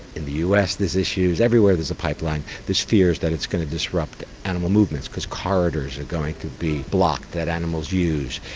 in the us there's issues, everywhere there is a pipeline, there's fears that it's going to disrupt animal movements because corridors are going to be blocked that animals use.